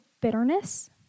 bitterness